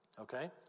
okay